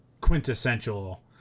quintessential